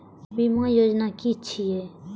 बीमा योजना कि छिऐ?